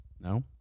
No